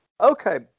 Okay